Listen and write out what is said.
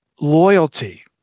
loyalty